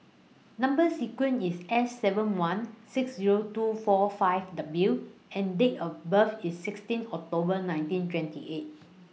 Number sequence IS S seven one six Zero two four five W and Date of birth IS sixteen October nineteen twenty eight